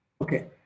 Okay